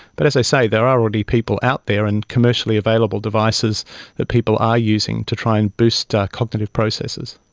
but as i say, there are already people out there and commercially available devices that people are using to try and boost ah cognitive processes.